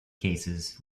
cases